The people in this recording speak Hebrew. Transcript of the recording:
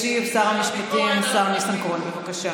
ישיב שר המשפטים, השר ניסנקורן, בבקשה.